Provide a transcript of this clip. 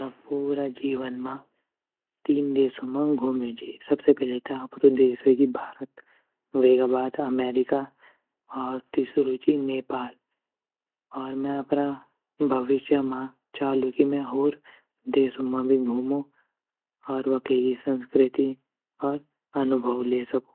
मैं पूरा जीवन म तीन देशू म घूमियु ची सबसे पैली त अपरू देश वेगी भारत, वेगा बाद अमेरिका, और तिसरू ची नेपाल और मैं अपरा भविष्य म चालू की मैं होर देशू म भी घूमो और वखे गी संस्कृति और अनुभव ले सको।